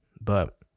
but-